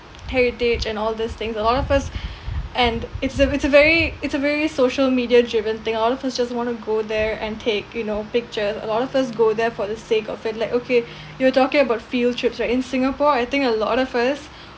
heritage and all these things a lot of us and it's a it's a very it's a very social media driven thing all of us just want to go there and take you know picture a lot of us go there for the sake of it like okay you were talking about field trips right in singapore I think a lot of us